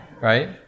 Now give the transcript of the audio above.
right